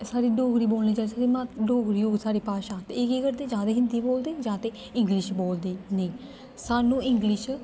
साढ़ी डोगरी बोलनी चाहिदी साढ़ी मात डोगरी होग साढ़ी भाशा ते एह् केह् करदे जां ते हिन्दी बोलदे जां ते इंग्लिश बोलदे नेईं सानूं इंग्लिश